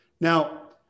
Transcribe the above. Now